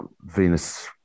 Venus